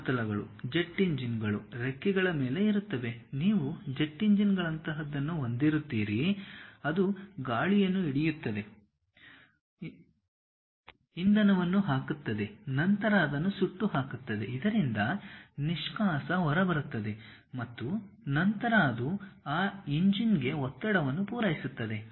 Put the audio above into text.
ಸಮತಲಗಳು jet engine ಗಳು ರೆಕ್ಕೆಗಳ ಮೇಲೆ ಇರುತ್ತವೆ ನೀವು ಜೆಟ್ ಇಂಜಿನ್ ಗಳಂತಹದನ್ನು ಹೊಂದಿರುತ್ತೀರಿ ಅದು ಗಾಳಿಯನ್ನು ಹಿಡಿಯುತ್ತದೆ ಇಂಧನವನ್ನು ಹಾಕುತ್ತದೆ ನಂತರ ಅದನ್ನು ಸುಟ್ಟುಹಾಕುತ್ತದೆ ಇದರಿಂದ ನಿಷ್ಕಾಸ ಹೊರಬರುತ್ತದೆ ಮತ್ತು ನಂತರ ಅದು ಆ ಇಂಜಿನ್ ಗೆ ಒತ್ತಡವನ್ನು ಪೂರೈಸುತ್ತದೆ